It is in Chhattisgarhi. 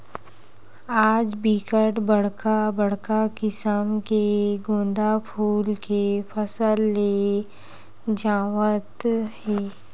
आज बिकट बड़का बड़का किसम के गोंदा फूल के फसल ले जावत हे